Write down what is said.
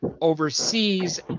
overseas